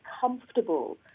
comfortable